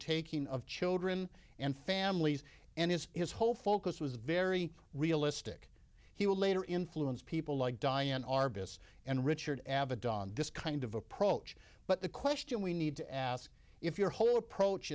taking of children and families and it's his whole focus was very realistic he will later influence people like diane arbus and richard avedon this kind of approach but the question we need to ask if your whole approach